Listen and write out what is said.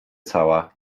cała